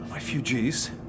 Refugees